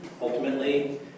ultimately